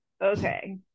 okay